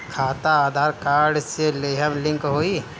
खाता आधार कार्ड से लेहम लिंक होई?